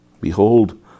Behold